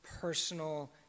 personal